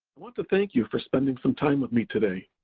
want to thank you for spending some time with me today.